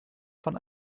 von